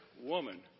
Woman